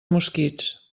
mosquits